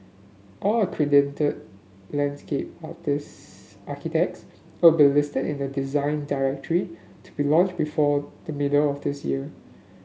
all accredited landscape architects will be listed in a Design Directory to be launched before the middle of this year